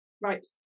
Right